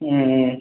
ம் ம்